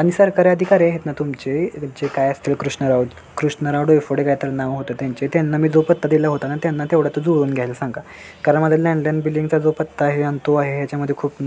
आणि सरकारी अधिकारी आहेत ना तुमचे जे काय असतील कृष्णा राऊत कृष्णाराव डोयफोडे कायतरी नाव होतं त्यांचे त्यांना मी जो पत्ता दिला होता ना त्यांना तेवढं तो जुळवून घ्यायला सांगा कारण माझं लँडलाईन बिलिंगचा जो पत्ता आहे आणि तो आहे ह्याच्यामध्ये खूप